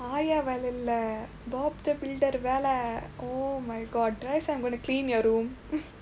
ஆயா வேலை இல்லை:aayaa veelai illai bob the builder வேலை :veelai oh my god did I say I'm going to clean your room